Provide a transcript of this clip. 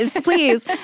please